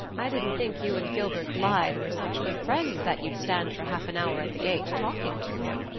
i didn't think you and gilbert blythe were such good friends that you'd stand for half an hour at the gate talking to him,